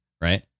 right